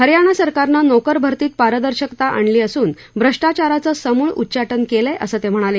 हरियाणा सरकारनं नोकर भर्तीत पारदर्शकता आणली असून भ्रष्टाचाराचं समूळ उच्चाटन केलंय असं ते म्हणाले